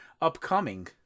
upcoming